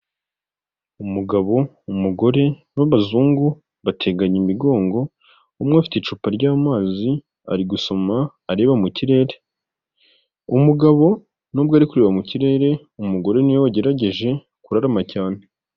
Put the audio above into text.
Umugabo, umugore b'abazungu bateganye imigongo, umwe afite icupa ry'amazi, ari gusoma areba mu kirere, umugabo nubwo ari kureba mu kirere, umugore ni we wagerageje kurarama cyane.